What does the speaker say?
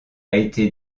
été